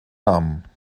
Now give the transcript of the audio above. namen